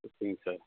ஓகேங்க சார்